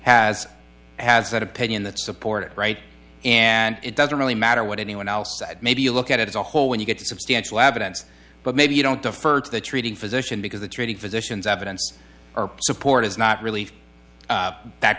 has has that opinion that support it right and it doesn't really matter what anyone else may be a look at it as a whole when you get substantial evidence but maybe you don't defer to the treating physician because the treating physicians evidence or support is not really that